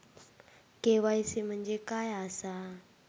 KYC म्हणजे काय आसा?